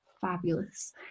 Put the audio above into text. fabulous